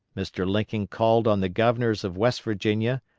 mr. lincoln called on the governors of west virginia,